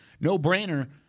no-brainer